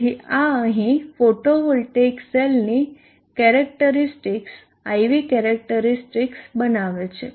તેથી આ અહીં ફોટોવોલ્ટેઇક સેલની કેરેક્ટરીસ્ટિક્સ I V કેરેક્ટરીસ્ટિક્સ બનાવે છે